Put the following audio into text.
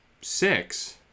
six